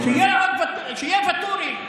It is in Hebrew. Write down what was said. שיהיה ואטורי.